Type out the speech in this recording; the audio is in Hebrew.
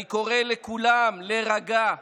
אני קורא לכולם להירגע.